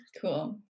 cool